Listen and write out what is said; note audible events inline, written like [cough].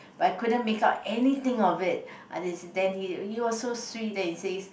but I couldn't make out anything of it [noise] then he he was so sweet then he says